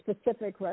specific